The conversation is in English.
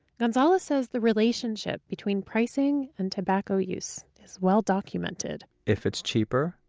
gonzalez says the relationship between pricing and tobacco use is well documented if it's cheaper,